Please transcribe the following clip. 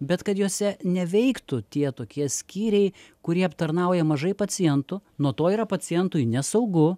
bet kad jose neveiktų tie tokie skyriai kurie aptarnauja mažai pacientų nuo to yra pacientui nesaugu